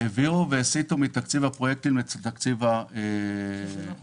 העבירו והסיטו מתקציב הפרויקטים לתקציב השוטף.